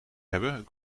hebben